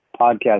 podcast